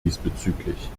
diesbezüglich